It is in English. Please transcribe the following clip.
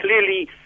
clearly